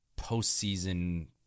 postseason